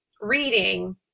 reading